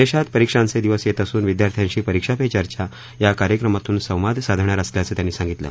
देशात परिक्षांचे दिवस येत असून विद्यार्थ्यांशी परिक्षा पे चर्चा या कार्यक्रमातून संवाद साधणार असल्याचं त्यांनी सांगितलं